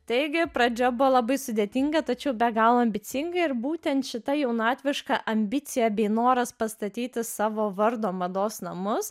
taigi pradžia buvo labai sudėtinga tačiau be galo ambicinga ir būtent šita jaunatviška ambicija bei noras pastatyti savo vardo mados namus